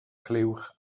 clywch